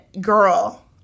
girl